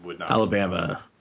Alabama